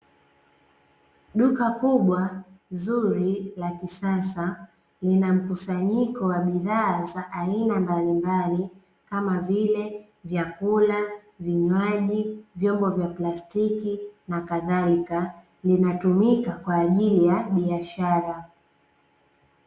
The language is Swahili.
Duka kubwa zuri la kisasa linamkusanyiko wa bidhaa za aina mbalimbali kama vile vyakula vinywaji vyombo vya plastiki na kadhalika vinatumika kwa ajili ya biashara.